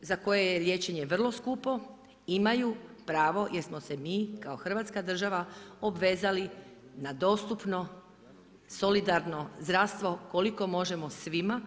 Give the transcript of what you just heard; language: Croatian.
za koje je liječenje vrlo skupo imaju pravo jer smo se mi kao Hrvatska država obvezali na dostupno solidarno zdravstvo koliko možemo svima.